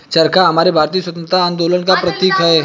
चरखा हमारे भारतीय स्वतंत्रता आंदोलन का प्रतीक है